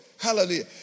Hallelujah